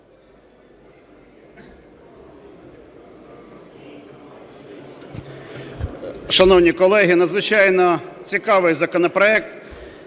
Шановні колеги, надзвичайно цікавий законопроект,